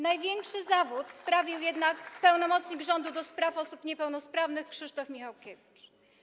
Największy zawód sprawił jednak pełnomocnik rządu do spraw osób niepełnosprawnych Krzysztof Michałkiewicz.